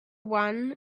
one